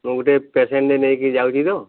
ମୁଁ ଗୋଟେ ପେସେଣ୍ଟ୍ଟେ ନେଇକି ଯାଉଛି ତ